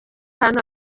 ahantu